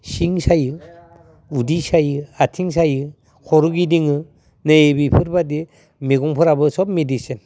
सिं सायो उदै सायो आथिं सायो खर' गिदिङो नै बिफोरबायदि मैगंफोराबो सब मेडिसिन